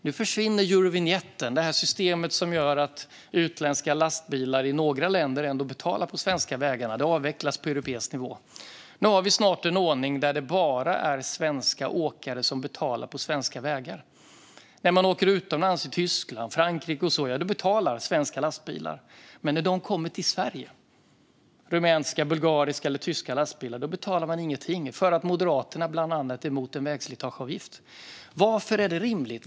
Nu försvinner Eurovinjett, systemet som gör att utländska lastbilar i några länder ändå betalar på svenska vägar. Det avvecklas på europeisk nivå. Nu har vi snart en ordning där det bara är svenska åkare som betalar på svenska vägar. När de åker utomlands, i Tyskland och Frankrike och så vidare, betalar svenska lastbilar. Men när rumänska, bulgariska eller tyska lastbilar kommer till Sverige betalar de ingenting eftersom bland annat Moderaterna är emot en vägslitageavgift. Varför är det rimligt?